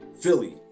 Philly